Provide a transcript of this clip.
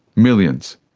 millions,